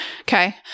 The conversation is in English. Okay